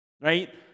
right